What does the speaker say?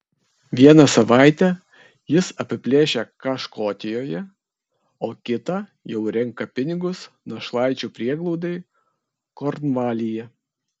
vieną savaitę jis apiplėšia ką škotijoje o kitą jau renka pinigus našlaičių prieglaudai kornvalyje